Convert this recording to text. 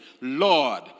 Lord